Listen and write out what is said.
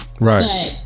Right